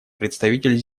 представитель